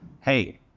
Hey